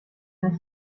and